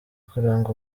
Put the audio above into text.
kuranga